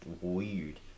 weird